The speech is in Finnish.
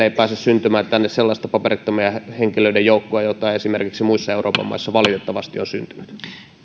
ei pääse syntymään tänne sellaista paperittomien henkilöiden joukkoa jota esimerkiksi muissa euroopan maissa valitettavasti on syntynyt